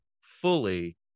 fully